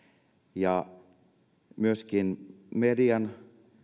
ja myöskin median